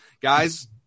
guys